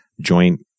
joint